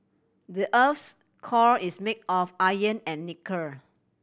the earth's core is made of iron and nickel